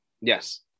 Yes